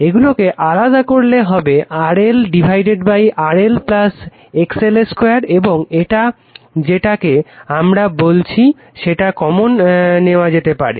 এগুলোকে আলাদা করলে হবে RLRL XL 2 এবং এটা যেটাকে আমরা বলছে সেটা কমন নেওয়া যেতে পারে